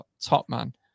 Topman